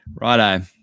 Righto